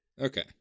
Okay